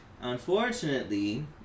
Unfortunately